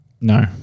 No